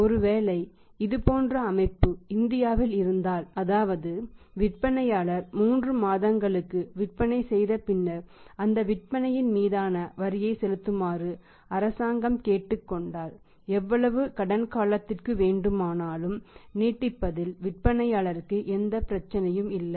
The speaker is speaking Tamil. ஒருவேளை இதுபோன்ற அமைப்பு இந்தியாவில் இருந்தால் அதாவது விற்பனையாளர் 3 மாதங்களுக்கு விற்பனை செய்த பின்னர் அந்த விற்பனையின் மீதான வரியை செலுத்துமாறு அரசாங்கம் கேட்டுக் கொண்டால் எவ்வளவு கடன் காலத்திற்கும் வேண்டுமானாலும் நீட்டிப்பதில் விற்பனையாளருக்கு எந்த பிரச்சனையும் இல்லை